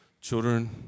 Children